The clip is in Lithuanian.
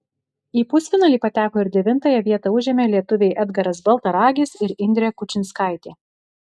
į pusfinalį pateko ir devintąją vietą užėmė lietuviai edgaras baltaragis ir indrė kučinskaitė